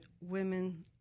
women